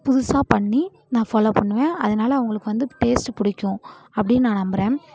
புதுசாக பண்ணி நான் ஃபாலோவ் பண்ணுவேன் அதனால அவங்களுக்கு வந்து டேஸ்ட்டு பிடிக்கும் அப்படின்னு நான் நம்புகிறேன்